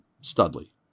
Studley